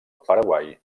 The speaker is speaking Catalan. paraguai